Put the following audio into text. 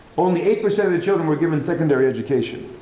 only eight percent of the children were given secondary education.